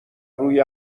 روی